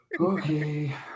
Okay